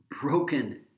broken